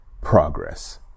Progress